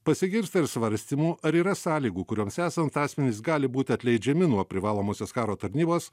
pasigirsta ir svarstymų ar yra sąlygų kurioms esant asmenys gali būti atleidžiami nuo privalomosios karo tarnybos